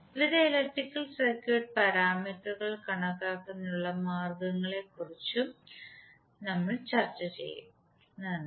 വിവിധ electrical circuit പാരാമീറ്ററുകൾ കണക്കാക്കുന്നതിനുള്ള മാർഗ്ഗങ്ങളെ കുറിച്ചും പഠിക്കും നന്ദി